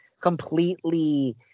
completely